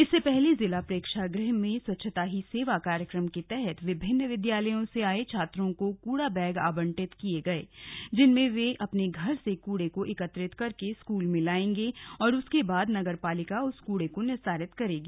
इससे पहले जिला प्रेक्षागृह में स्वच्छता ही सेवा कार्यक्रम के तहत विभिन्न विद्यालयों से आये छात्रों को कूड़ा बैग आवटिंत किये गये जिसमें वे अपने घर के कूड़े को एकत्रित करके स्कूल में लायेगें और उसके बाद नगरपालिका उस कूड़े को निस्तारित करेगी